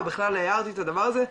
או בכלל הערתי את הדבר הזה,